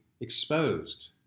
exposed